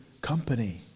company